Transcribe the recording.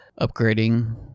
upgrading